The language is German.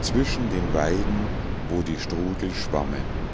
zwischen den weiden wo die strudel schwammen